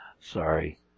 Sorry